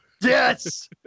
Yes